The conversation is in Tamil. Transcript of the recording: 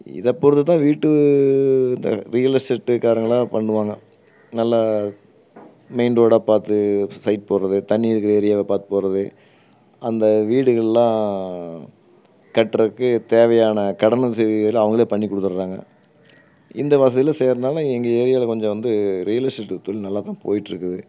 இதை பொருத்து தான் வீட்டு ரியல் எஸ்டேட்டுக்காரங்கள்லாம் பண்ணுவாங்க நல்லா மெயின் ரோடாக பார்த்து சைட் போடுறது தண்ணீர் இருக்கிற ஏரியாவாக பார்த்து போடுறது அந்த வீடுகள்லாம் கட்டுறதுக்கு தேவையான கடன் வசதிகள் அவங்களே பண்ணி கொடுத்துட்றாங்க இந்த வசதிலாம் செய்கிறதுனால எங்கள் ஏரியாவில் கொஞ்சம் வந்து ரியல் எஸ்டேட் தொழில் நல்லா தான் போய்ட்ருக்குது